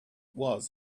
was